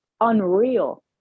unreal